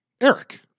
Eric